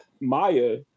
Maya